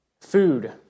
Food